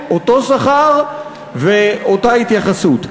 אותו שכר ואותה התייחסות.